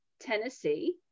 Tennessee